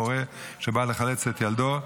או הורה שבא לחלץ את ילדו,